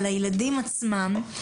על הילדים עצמם,